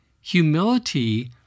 Humility